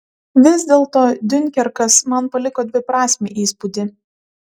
vis dėlto diunkerkas man paliko dviprasmį įspūdį